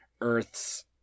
Earths